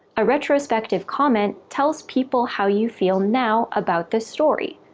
a retrospective comment tells people how you feel now about the story,